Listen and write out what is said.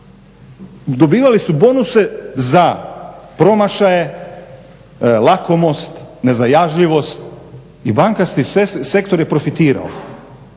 Dobivali su bonuse za promašaje, lakomost, nezajažljivost i bankarski sektor je profitirao.